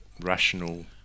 rational